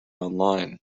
online